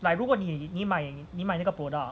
来如果你买你买那个 product